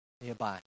nearby